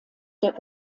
der